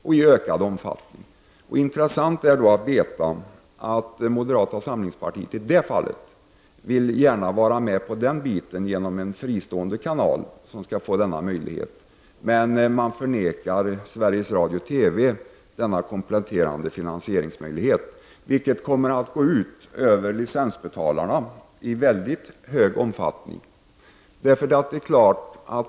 Det är då intressant att moderata samlingspartiet gärna vill vara med i den delen genom en fristående kanal som skall få möjlighet att sända reklam. Men man vill förvägra Sveriges Radio/TV denna kompletterande finansieringsmöjlighet, vilket kommer att i stor utsträckning gå ut över licensbetalarna.